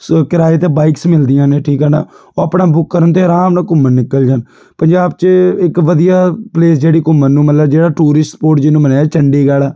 ਸੋ ਕਿਰਾਏ 'ਤੇ ਬਾਈਕਸ ਮਿਲਦੀਆਂ ਨੇ ਠੀਕ ਆ ਨਾ ਉਹ ਆਪਣਾ ਬੁੱਕ ਕਰਨ ਅਤੇ ਆਰਾਮ ਨਾਲ ਘੁੰਮਣ ਨਿਕਲ ਜਾਣ ਪੰਜਾਬ 'ਚ ਇੱਕ ਵਧੀਆ ਪਲੇਸ ਜਿਹੜੀ ਘੁੰਮਣ ਨੂੰ ਮਤਲਬ ਜਿਹੜਾ ਟੂਰਿਸਟ ਰਿਪੋਰਟ ਜਿਹਨੂੰ ਮੰਨਿਆ ਚੰਡੀਗੜ੍ਹ